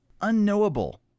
unknowable